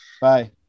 Bye